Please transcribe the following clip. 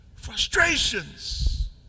Frustrations